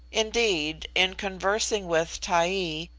indeed, in conversing with taee,